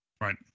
Right